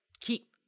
keep –